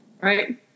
Right